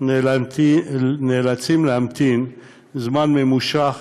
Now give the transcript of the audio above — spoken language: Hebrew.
נאלצים להמתין זמן ממושך